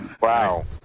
Wow